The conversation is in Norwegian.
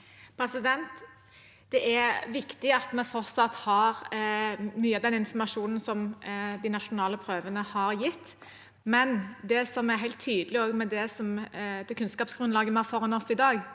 Det er vik- tig at vi fortsatt har mye av den informasjonen de nasjonale prøvene har gitt, men det som også er helt tydelig, med det kunnskapsgrunnlaget vi har foran oss i dag,